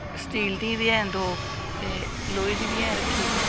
steel दी बी हैन दो ते लोई दी बी ऐ रक्खी दी